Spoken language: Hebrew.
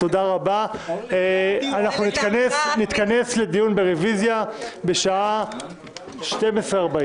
אנחנו נתכנס לדיון ברביזיה ב-12:40.